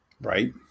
Right